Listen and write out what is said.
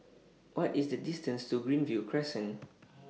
What IS The distance to Greenview Crescent